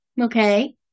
Okay